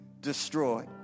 destroyed